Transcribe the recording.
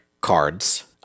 cards